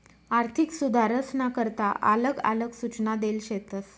आर्थिक सुधारसना करता आलग आलग सूचना देल शेतस